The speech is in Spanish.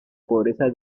pobreza